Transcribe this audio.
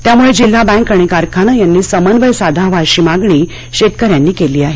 त्यामुळे जिल्हा बँक आणि कारखाना यांनी समन्वय साधावा अशी मागणी शेतकऱ्यांनी केली आहे